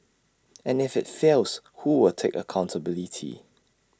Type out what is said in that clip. and if IT fails who will take accountability